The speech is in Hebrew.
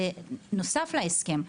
נוסף על ההסכם,